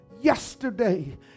yesterday